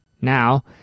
Now